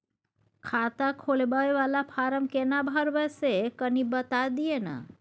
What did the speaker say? खाता खोलैबय वाला फारम केना भरबै से कनी बात दिय न?